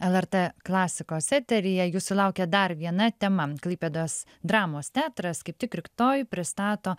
lrt klasikos eteryje jūsų laukia dar viena tema klaipėdos dramos teatras kaip tik rytoj pristato